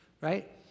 Right